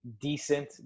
decent